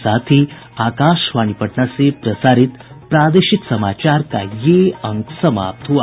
इसके साथ ही आकाशवाणी पटना से प्रसारित प्रादेशिक समाचार का ये अंक समाप्त हुआ